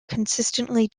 consistently